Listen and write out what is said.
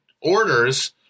orders